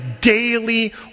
daily